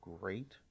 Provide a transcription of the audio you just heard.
great